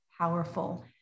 powerful